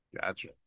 Gotcha